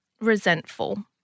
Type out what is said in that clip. resentful